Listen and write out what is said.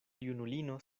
junulino